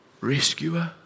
rescuer